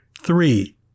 three